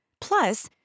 Plus